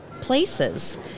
places